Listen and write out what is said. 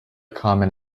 comment